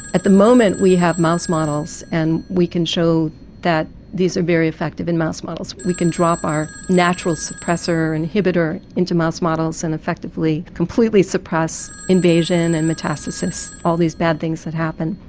at the moment we have mouse models and we can show that these are very effective in mouse models. we can drop our natural suppressor inhibitor into mouse models and effectively completely suppress invasion and metastasis, all these bad things that can happen.